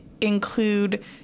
include